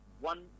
one